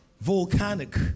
Volcanic